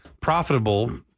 profitable